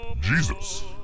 Jesus